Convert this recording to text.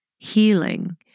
healing